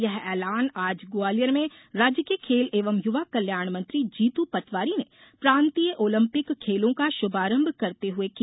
यह एलान आज ग्वालियर में राज्य के खेल एवं युवा कल्याण मंत्री जीतू पटवारी ने प्रांतीय ओलंपिक खेलों का शुभारंभ करते हुए किया